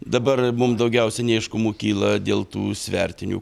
dabar mum daugiausia neaiškumų kyla dėl tų svertinių